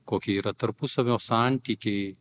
kokie yra tarpusavio santykiai